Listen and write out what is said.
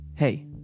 Hey